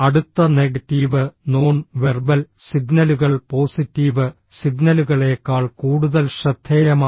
അടുത്ത negative non verbal സിഗ്നലുകൾ positive സിഗ്നലുകളേക്കാൾ കൂടുതൽ ശ്രദ്ധേയമാണ്